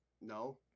No